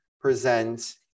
present